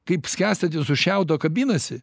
kaip skęstantis šiaudo kabinasi